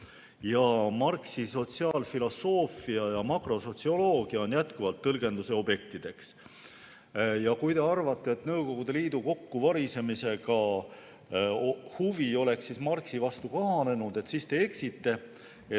ja Marxi sotsiaalfilosoofia ja makrosotsioloogia on jätkuvalt tõlgenduse objektideks. Kui te arvate, et Nõukogude Liidu kokkuvarisemisega on huvi Marxi vastu kahanenud, siis te eksite.